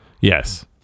Yes